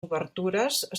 obertures